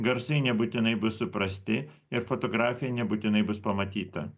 garsai nebūtinai bus suprasti ir fotografija nebūtinai bus pamatyta